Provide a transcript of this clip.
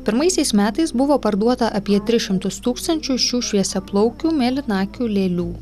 pirmaisiais metais buvo parduota apie tris šimtus tūkstančių šių šviesiaplaukių mėlynakių lėlių